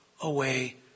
away